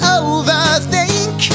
overthink